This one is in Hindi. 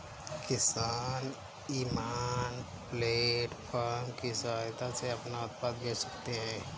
किसान इनाम प्लेटफार्म की सहायता से अपना उत्पाद बेच सकते है